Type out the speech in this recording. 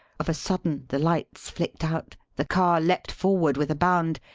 of a sudden the lights flicked out, the car leapt forward with a bound,